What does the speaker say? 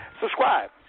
subscribe